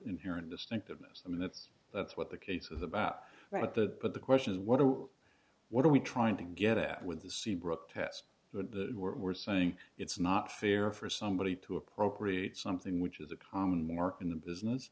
inherent distinctiveness i mean that's that's what the case is about right that but the question is what do what are we trying to get at with the seabrooke test the we're saying it's not fair for somebody to appropriate something which is a common mark in the business